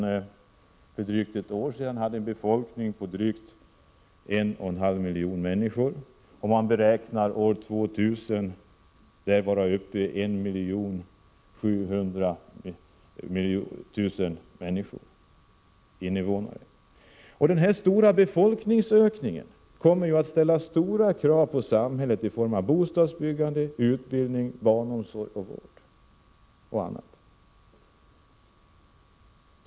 För drygt ett år sedan hade man en befolkning på drygt 1 500 000. Man beräknar att befolkningen år 2000 skall uppgå till 1 700 000. Denna stora befolkningsökning kommer att ställa stora krav på samhället i form av bostadsbyggande, utbildning, barnomsorg och vård m.m.